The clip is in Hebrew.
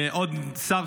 עוד שר,